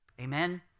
Amen